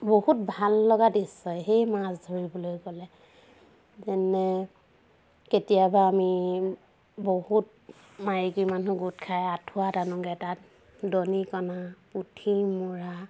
বহুত ভাল লগা দিশ্য সেই মাছ ধৰিবলৈ গ'লে যেনে কেতিয়াবা আমি বহুত মাইকী মানুহ গোট খাই আঁঠুৱা টানোংগে তাত দনিকণা পুঠি মোৰা